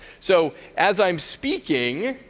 so as i'm speaking,